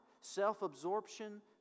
self-absorption